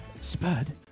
Spud